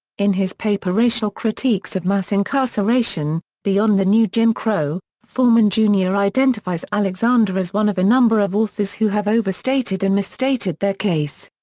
in his paper racial critiques of mass incarceration beyond the new jim crow, forman jr. identifies alexander as one of a number of authors who have overstated and misstated their case.